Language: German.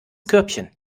körbchen